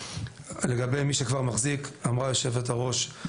לגבי מי שכבר מחזיק אמרה היו"ר,